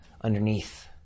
underneath